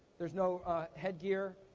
there's no head gear.